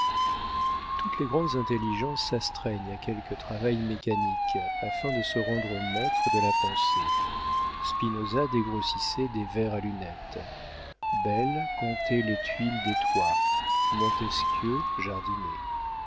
toutes les grandes intelligences s'astreignent à quelque travail mécanique afin de se rendre maîtres de la pensée spinosa dégrossissait des verres à lunettes bayle comptait les tuiles des toits montesquieu jardinait